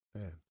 Man